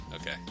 Okay